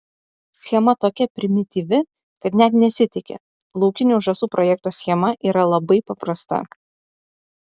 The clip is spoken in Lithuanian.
schema tokia primityvi kad net nesitiki laukinių žąsų projekto schema yra labai paprasta